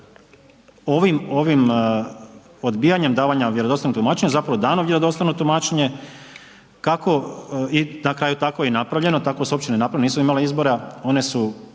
ovim odbijanjem davanja vjerodostojnog tumačenja zapravo dano vjerodostojno tumačenja, na kraju je tako i napravljeno, tako su općine napravile nisu imale izbora. One su